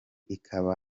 ikaba